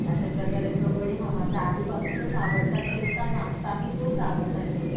अशा प्रकारे कबड्डी हा माझा आधीपासूनच आवडता खेळ होता आणि आताही तोच आवडता खेळ